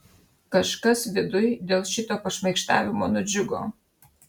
kažkas viduj dėl šito pašmaikštavimo nudžiugo